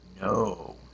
no